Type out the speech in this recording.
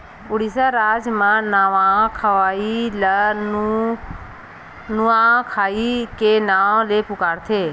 उड़ीसा राज म नवाखाई ल नुआखाई के नाव ले पुकारथे